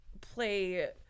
play